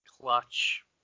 clutch